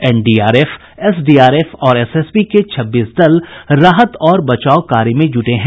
NDRF SDRF और SSB के छब्बीस दल राहत और बचाव कार्य में ज़टे हैं